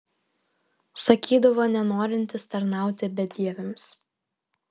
sakydavo nenorintis tarnauti bedieviams